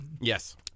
Yes